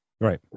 Right